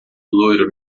loiro